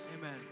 Amen